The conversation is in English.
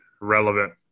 relevant